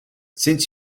since